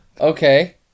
Okay